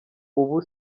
ubu